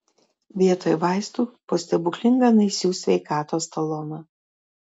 vietoj vaistų po stebuklingą naisių sveikatos taloną